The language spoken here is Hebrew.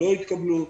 לא התקבלו.